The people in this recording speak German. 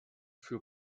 für